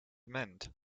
mend